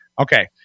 Okay